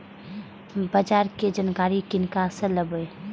बाजार कै जानकारी किनका से लेवे?